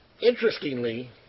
interestingly